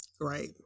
Right